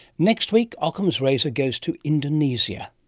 next week, ockham's razor goes to indonesia.